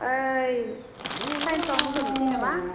ओइ साइन्सआवनो होनोसै नामा